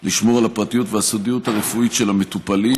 לשמור על הפרטיות והסודיות הרפואית של המטופלים,